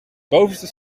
bovenste